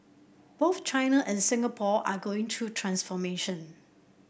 both China and Singapore are going through transformation